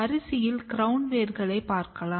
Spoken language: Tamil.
அரிசியில் கிரௌன் வேர்களை பார்க்கலாம்